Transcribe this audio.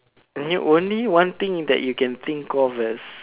only only one thing that you can think of as